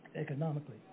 economically